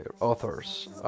authors